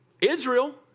Israel